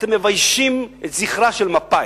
אתם מביישים את זכרה של מפא"י,